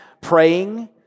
Praying